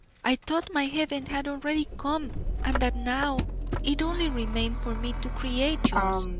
i thought my heaven had already come and that now it only remained for me to create yours.